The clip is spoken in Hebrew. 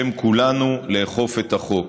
בשם כולנו, לאכוף את החוק.